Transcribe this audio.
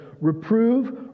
Reprove